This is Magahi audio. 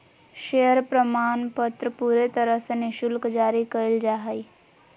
शेयर प्रमाणपत्र पूरे तरह से निःशुल्क जारी कइल जा हइ